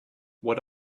what